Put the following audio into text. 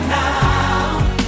now